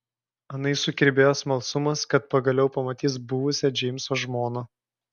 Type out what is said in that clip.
anai sukirbėjo smalsumas kad pagaliau pamatys buvusią džeimso žmoną